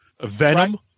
Venom